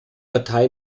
partei